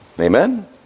Amen